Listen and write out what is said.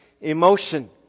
emotion